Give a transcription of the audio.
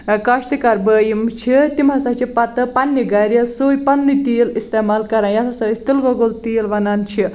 کاشتہٕ کار باے یِم چھِ تِم ہسا چھِ پَتہٕ پَنٕنہِ گرِ سُے پَتہٕ پَنٕنُے تیٖل اِستعمال کران یَتھ ہسا أسۍ تِلہٕ گۄگُل تیٖل وَنان چھِ